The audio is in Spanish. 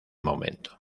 momento